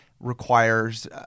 requires